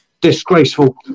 Disgraceful